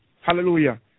Hallelujah